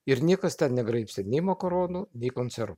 ir niekas ten negraibstė nei makaronų nei konservų